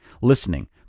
listening